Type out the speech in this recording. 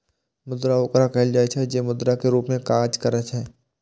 मुद्रा ओकरा कहल जाइ छै, जे मुद्रा के रूप मे काज करै छै